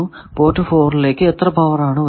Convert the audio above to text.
port 4 ലേക്ക് എത്ര power ആണ് വരുന്നത്